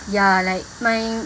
ya like my